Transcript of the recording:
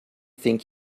think